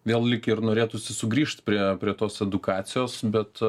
vėl lyg ir norėtųsi sugrįžt prie prie tos edukacijos bet